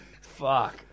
Fuck